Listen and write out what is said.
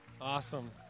Awesome